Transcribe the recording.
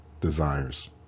desires